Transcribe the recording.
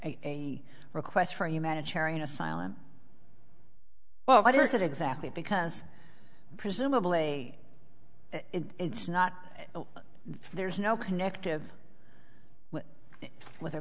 a request for humanitarian asylum well what is it exactly because presumably it's not there's no connective with a